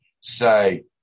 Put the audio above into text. say